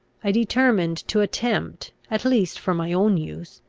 i determined to attempt, at least for my own use,